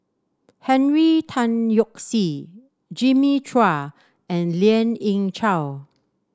Henry Tan Yoke See Jimmy Chua and Lien Ying Chow